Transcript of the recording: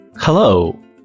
Hello